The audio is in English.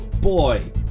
Boy